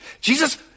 Jesus